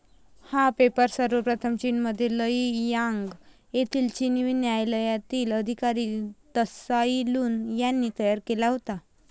हा पेपर सर्वप्रथम चीनमधील लेई यांग येथील चिनी न्यायालयातील अधिकारी त्साई लुन यांनी तयार केला होता